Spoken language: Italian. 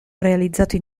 realizzato